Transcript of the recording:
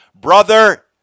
Brother